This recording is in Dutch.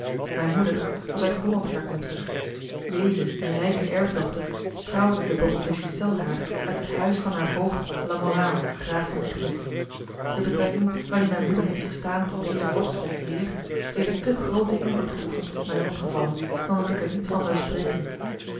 mijne moeder was uit holland herkomstig weeze en rijke erfdochter trouwde de baron de ghiselles haar uit het huis van haar voogd lamoraal graaf van egmond de betrekking waarin mijne moeder heeft gestaan tot dezen vorstelijken heer heeft te grooten invloed geoefend op mijne lotgevallen dan dat ik er niet van zou spreken